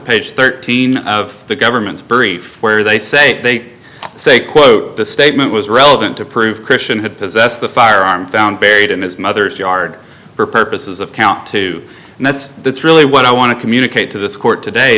page thirteen of the government's brief where they say they say quote the statement was relevant to prove christian had possessed the firearm found buried in his mother's yard for purposes of count two and that's that's really what i want to communicate to this court today